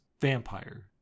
vampire